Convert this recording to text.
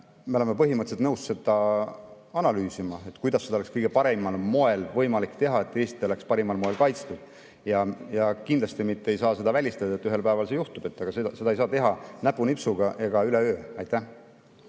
me oleme põhimõtteliselt nõus seda analüüsima, kuidas seda oleks kõige paremal moel võimalik teha, et Eesti oleks parimal moel kaitstud. Kindlasti ei saa seda välistada, et ühel päeval see juhtub. Aga seda ei saa teha näpunipsuga ega üleöö. Kui,